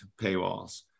paywalls